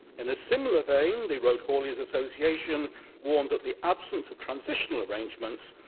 in a similar vein, the road haulage association warned that the absence of transitional arrangements,